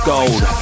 Gold